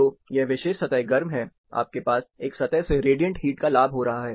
तो यह विशेष सतह गर्म है आपके पास एक सतह से रेडिएंट हीट का लाभ है